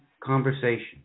conversation